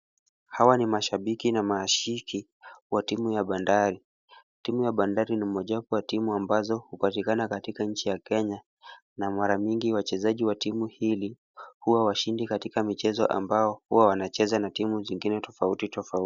Hawa ni mashabiki na mahashiki wa timu ya bandari ,timu ya bandari ni mojawapo ya timu ambazo upatikana katika nchi ya Kenya, na mara mingi wachezaji wa timu hili uwa washindi katika michezo ambayo uwa wanacheza na timu zingine tofauti tofauti.